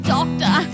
Doctor